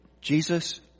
Jesus